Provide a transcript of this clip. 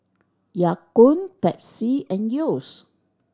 Ya Kun Pepsi and Yeo's